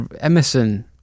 Emerson